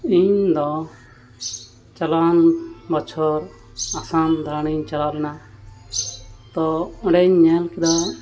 ᱤᱧ ᱫᱚ ᱪᱟᱞᱟᱣᱟᱱ ᱵᱚᱪᱷᱚᱨ ᱟᱥᱟᱢ ᱫᱟᱲᱟᱱᱤᱧ ᱪᱟᱞᱟᱣ ᱞᱮᱱᱟ ᱛᱚ ᱚᱸᱰᱮᱧ ᱧᱮᱞ ᱠᱮᱫᱟ